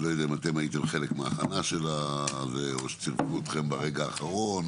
אני לא ידע אם אתם הייתם חלק מההכנה של זה או שצירפו אתכם ברגע האחרון.